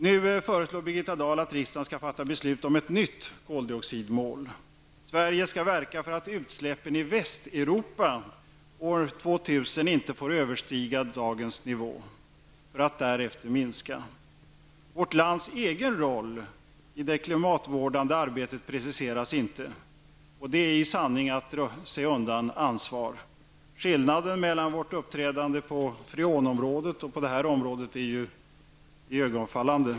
Nu föreslår Birgitta Dahl att riksdagen skall fatta beslut om ett nytt koldioxidmål. Sverige skall verka för att utsläppen i Västeuropa år 2000 inte får överskrida dagens nivå för att därefter minska. Vårt lands egen roll i det klimatvårdande arbetet preciseras inte. Det är i sanning att dra sig undan ansvar. Skillnaden i vårt uppträdande på detta område och på freonområdet är iögonfallande.